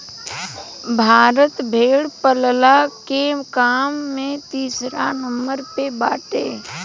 भारत भेड़ पालला के काम में तीसरा नंबर पे बाटे